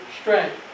strength